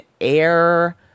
air